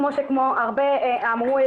כמו שהרבה אמרו,